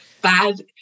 bad